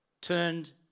turned